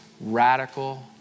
radical